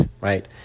right